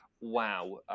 wow